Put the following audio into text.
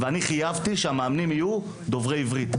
וחייבתי שהמאמנים יהיו דוברי עברית.